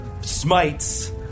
Smites